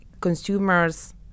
consumers